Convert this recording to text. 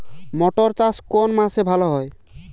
মটর চাষ কোন মাসে ভালো হয়?